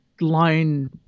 line